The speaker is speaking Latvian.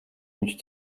viņš